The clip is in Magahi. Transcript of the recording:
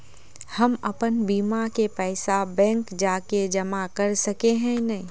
हम अपन बीमा के पैसा बैंक जाके जमा कर सके है नय?